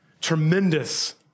Tremendous